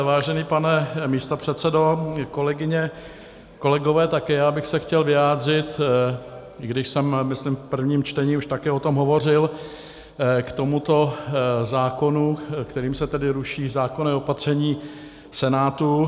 Vážený pane místopředsedo, kolegyně, kolegové, také já bych se chtěl vyjádřit, i když jsem, myslím, v prvním čtení už také o tom hovořil, k tomuto zákonu, kterým se tedy ruší zákonné opatření Senátu.